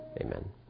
amen